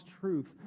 truth